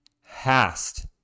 Hast